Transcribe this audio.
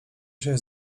się